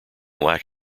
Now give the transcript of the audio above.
lack